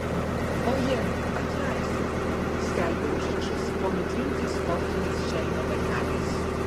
oje atleisk skelbė užrašas po nutrintais sportiniais šelmio bateliais